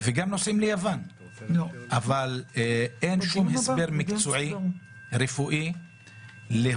גם נוסעים ליוון אבל אין שום הסבר מקצועי-רפואי להוצאת